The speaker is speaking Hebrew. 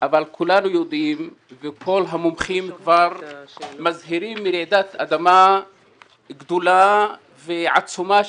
אבל כולנו יודעים וכל המומחים מזהירים מרעידת אדמה גדולה ועצומה שתתרחש.